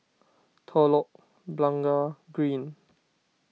Telok Blangah Green